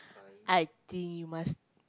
I think you must